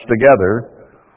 together